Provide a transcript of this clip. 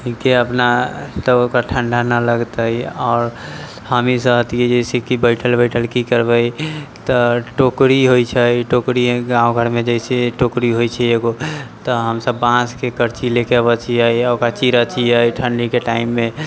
के अपना तऽ ओकर ठण्डा नहि लगतै आओर हमहीं सब अथी जैसे कि बैठल बैठल की करबै तऽ टोकरी होइ छै टोकरी गाँव घरमे जैसे टोकरी होइ छै एगो तऽ हमसब बाँसके करची ले के अबै छियै ओकरा चिरै छियै ठण्डीके टाइममे